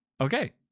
Okay